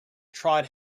trod